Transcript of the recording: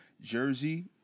Jersey